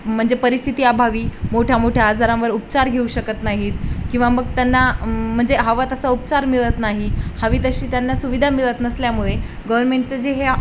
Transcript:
म्हणजे परिस्थिती अभावी मोठ्या मोठ्या आजारांवर उपचार घेऊ शकत नाहीत किंवा मग त्यांना म्हणजे हवां तसा उपचार मिळत नाही हवी तशी त्यांना सुविधा मिळत नसल्यामुळे गव्हर्नमेंटचं जे ह्या